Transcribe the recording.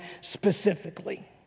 specifically